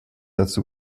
dazu